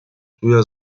früher